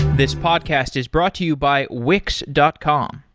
this podcast is brought to you by wix dot com.